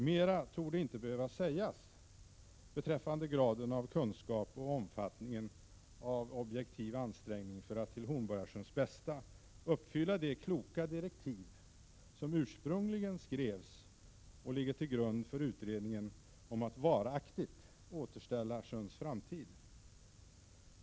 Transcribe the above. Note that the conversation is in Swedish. Mera torde inte behöva sägas beträffande graden av kunskap och omfattningen av objektiv ansträngning för att till Hornborgasjöns bästa uppfylla de kloka direktiv som ursprungligen låg till grund för utredningen om att varaktigt säkerställa sjöns framtid.